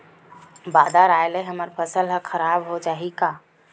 बादर आय ले हमर फसल ह खराब हो जाहि का?